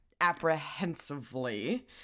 apprehensively